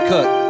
Cook